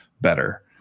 better